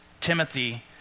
Timothy